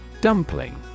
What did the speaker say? Dumpling